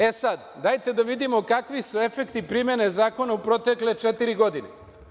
E, sad, dajte da vidimo kakvi su efekti primene zakona u protekle četiri godine.